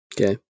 Okay